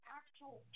actual